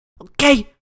Okay